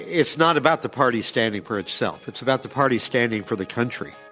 it's not about the party standing for itself. it's about the party standing for the country.